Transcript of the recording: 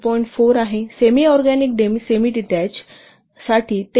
4 आहे semi organic semi detach साठी ते 3 3